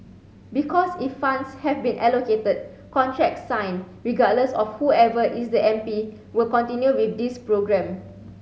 because if funds have been allocated contracts signed regardless of whoever is the M P will continue with this programme